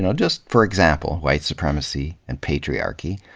and just for example, white supremacy and patriarchy,